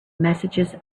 messages